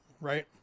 right